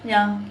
ya